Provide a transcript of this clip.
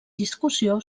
discussió